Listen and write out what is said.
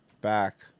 back